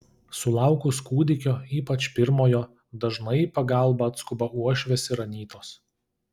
sulaukus kūdikio ypač pirmojo dažnai į pagalbą atskuba uošvės ir anytos